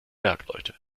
bergleute